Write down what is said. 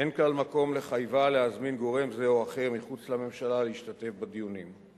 אין כאן מקום לחייבה להזמין גורם זה או אחר מחוץ לממשלה להשתתף בדיונים.